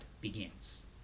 begins